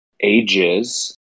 ages